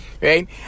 right